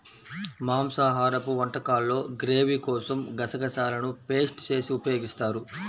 మాంసాహరపు వంటకాల్లో గ్రేవీ కోసం గసగసాలను పేస్ట్ చేసి ఉపయోగిస్తారు